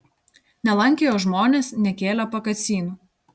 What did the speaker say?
nelankė jo žmonės nekėlė pakasynų